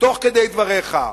תוך כדי דבריך: